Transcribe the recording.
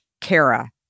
Kara